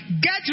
Get